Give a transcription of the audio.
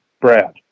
Brad